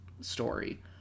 story